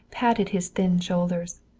patted his thin shoulders.